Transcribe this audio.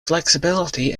flexibility